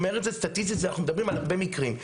סטטיסטית אנחנו מדברים על הרבה מקרים,